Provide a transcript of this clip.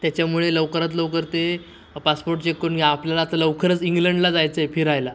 त्याच्यामुळे लवकरात लवकर ते पासपोर्ट चेक करून घ्या आपल्याला आता लवकरच इंग्लंडला जायचं आहे फिरायला